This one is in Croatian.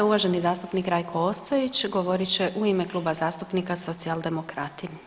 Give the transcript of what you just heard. Uvaženi zastupnik Rajko Ostojić govorit će u ime Kluba zastupnika socijaldemokrati.